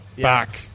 back